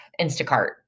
Instacart